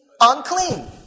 unclean